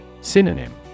Synonym